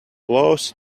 blows